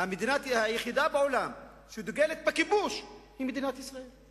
המדינה היחידה בעולם שדוגלת בכיבוש היא מדינת ישראל.